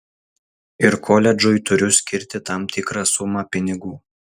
ir koledžui turiu skirti tam tikrą sumą pinigų